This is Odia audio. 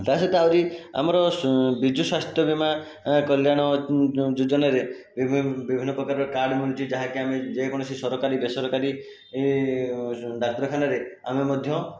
ତା ସହିତ ଆହୁରି ଆମର ବିଜୁ ସ୍ଵାସ୍ଥ୍ୟ ବୀମା କଲ୍ୟାଣ ଯୋଜନାରେ ବିଭିନ୍ନ ପ୍ରକାର କାର୍ଡ଼ ମିଳୁଛି ଯାହାକି ଆମେ ଯେକୌଣସି ସରକାରୀ ବେସରକାରୀ ଡାକ୍ତରଖାନାରେ ଆମେ ମଧ୍ୟ